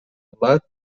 blat